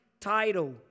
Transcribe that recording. title